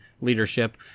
leadership